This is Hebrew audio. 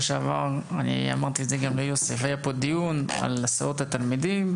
שעבר היה פה דיון על הסעות התלמידים,